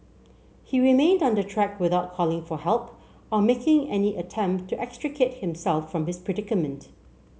he remained on the track without calling for help or making any attempt to extricate himself from his predicament